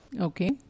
Okay